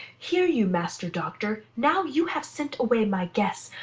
hear you, master doctor now you have sent away my guess,